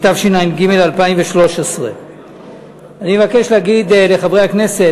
התשע"ג 2013. אני מבקש להגיד לחברי הכנסת,